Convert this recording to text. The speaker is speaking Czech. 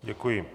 Děkuji.